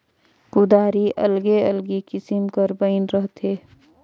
कुदारी अलगे अलगे किसिम कर बइन रहथे